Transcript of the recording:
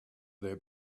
their